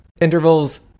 Intervals